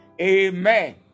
Amen